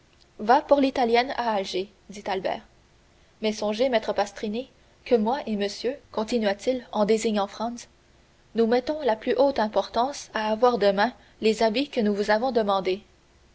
va pour l'italienne à alger dit albert mais songez maître pastrini que moi et monsieur continua-t-il en désignant franz nous mettons la plus haute importance à avoir demain les habits que nous vous avons demandés